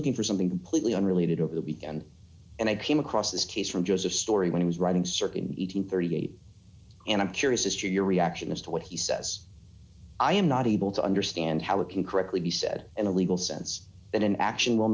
looking for something completely unrelated over the weekend and i came across this case from joseph story when he was writing certain eating thirty eight and i'm curious as to your reaction as to what he says i am not able to understand how it can correctly be said in a legal sense that an action will